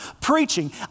preaching